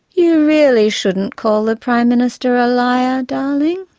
you really shouldn't call the prime minister a liar, darling.